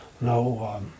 no